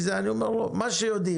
אני אומר לו מה שיודעים.